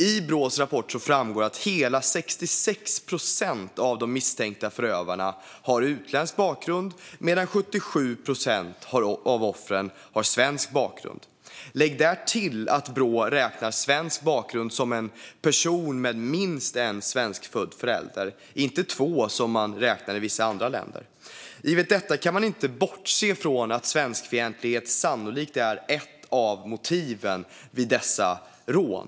I Brås rapport framgår att hela 66 procent av de misstänkta förövarna har utländsk bakgrund, medan 77 procent av offren har svensk bakgrund. Lägg därtill att Brå räknar svensk bakgrund som en person med minst en svenskfödd förälder - inte två, som man räknar med i vissa andra länder. Givet detta kan man inte bortse från att svenskfientlighet sannolikt är ett av motiven vid dessa rån.